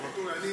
ואטורי.